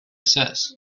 says